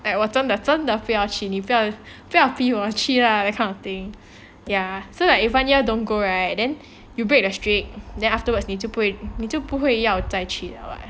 like 我真的真的不要去你不要逼我去 lah that kind of thing ya so like if one year don't go right then you break the streak then afterwards 你就不会你就不会要再去了 [what]